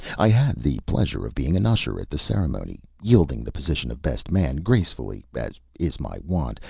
i had the pleasure of being an usher at the ceremony, yielding the position of best man gracefully, as is my wont,